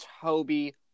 Toby